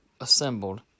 assembled